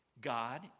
God